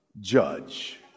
judge